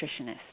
Nutritionist